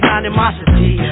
animosity